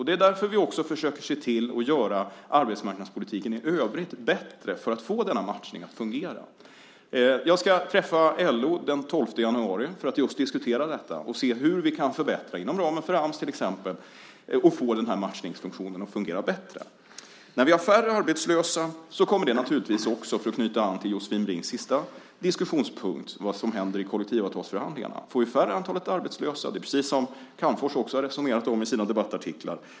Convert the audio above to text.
Det är därför vi försöker se till att göra arbetsmarknadspolitiken i övrigt bättre, för att få denna matchning att fungera. Jag ska träffa LO den 12 januari för att just diskutera detta och se hur vi inom ramen för Ams till exempel kan få matchningsfunktionen att fungera bättre. Låt mig knyta an till Josefin Brinks sista diskussionspunkt om vad som händer i kollektivavtalsförhandlingarna. Får vi färre arbetslösa blir det ett tryck uppåt på löneläget, precis som Calmfors har resonerat i sina debattartiklar.